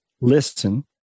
Listen